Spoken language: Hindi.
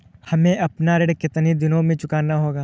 हमें अपना ऋण कितनी दिनों में चुकाना होगा?